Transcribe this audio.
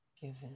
given